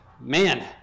man